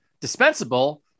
dispensable